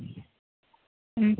ഉം